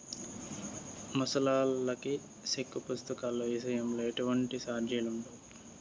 ముసలాల్లకి సెక్కు పుస్తకాల ఇసయంలో ఎటువంటి సార్జిలుండవు